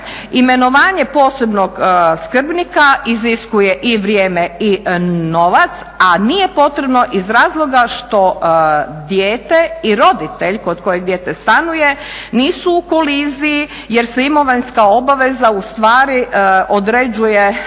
Imenovanje posebnog skrbnika iziskuje i vrijeme i novac, a nije potrebno iz razloga što dijete i roditelj kod kojeg dijete stanuje nisu u koliziji jer se imovinska obaveza ustvari određuje